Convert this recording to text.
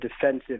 defensive